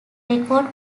record